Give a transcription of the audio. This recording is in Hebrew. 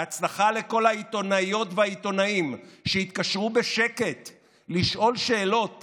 בהצלחה לכל העיתונאיות והעיתונאים שהתקשרו בשקט לשאול שאלות